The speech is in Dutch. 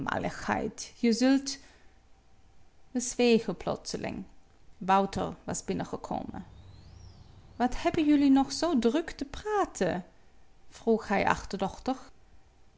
je zult we zwegen plotseling wouter was binnengekomen wat hebben jullie nog zoo druk te praten vroeg hij achterdochtig